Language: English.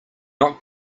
not